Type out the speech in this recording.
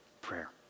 prayer